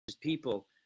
people